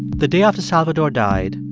the day after salvador died,